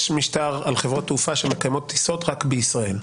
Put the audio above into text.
יש משטר על חברות תעופה שמקיימות טיסות רק בישראל,